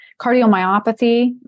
cardiomyopathy